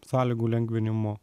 sąlygų lengvinimo